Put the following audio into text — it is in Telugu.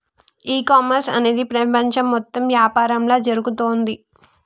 ఈ కామర్స్ అనేది ప్రపంచం మొత్తం యాపారంలా జరుగుతోంది